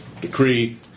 decree